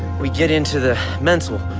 we get into the mental,